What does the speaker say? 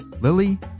Lily